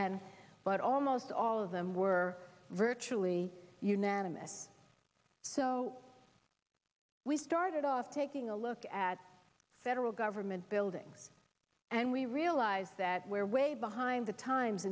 end but almost all of them were virtually unanimous so we started off taking a look at federal government buildings and we realized that we're way behind the times